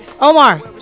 Omar